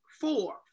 four